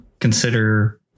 Consider